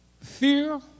Fear